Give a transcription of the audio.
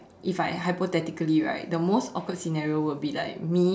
if I hypothetically right the most awkward scenario would be like me